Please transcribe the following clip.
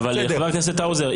חבר הכנסת האוזר,